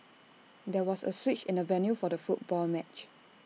there was A switch in the venue for the football match